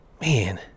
Man